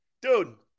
dude